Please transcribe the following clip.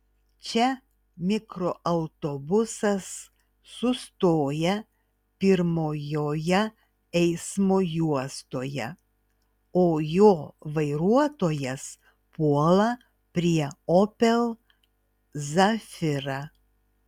čia mikroautobusas sustoja pirmojoje eismo juostoje o jo vairuotojas puola prie opel zafira